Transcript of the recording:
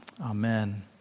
amen